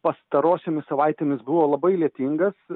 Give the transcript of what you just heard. pastarosiomis savaitėmis buvo labai lietingas